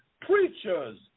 preachers